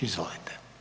Izvolite.